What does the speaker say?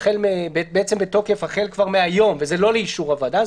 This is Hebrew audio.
בעצם בתוקף החל כבר מהיום וזה לא לאישור הוועדה,